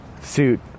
suit